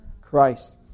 Christ